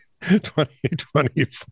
2024